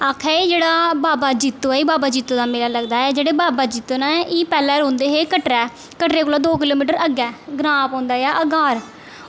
आक्खै दे जेह्ड़ा बावा जित्तो ऐ एह् बावा जित्तो दा मेला लगदा ऐ जेह्ड़े बावा जित्तो न एह् पैह्लें रौंह्दे हे कटरा कटरे कोला दो किलो मीटर अग्गें ग्रांऽ पौंदा ऐ अगार